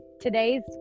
today's